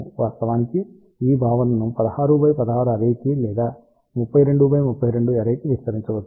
వాస్తవానికి ఈ భావనను 16 x 16 అర్రే కి లేదా 32 x 32 అర్రే కి విస్తరించవచ్చు